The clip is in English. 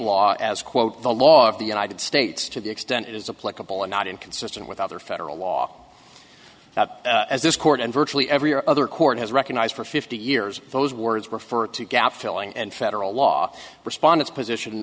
law as quote the law of the united states to the extent it is a political and not inconsistent with other federal law as this court and virtually every or other court has recognized for fifty years those words refer to gap filling and federal law respond its position